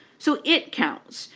so it counts.